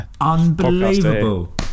unbelievable